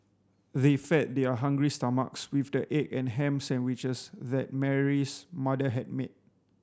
they fed their hungry stomachs with the egg and ham sandwiches that Mary's mother had made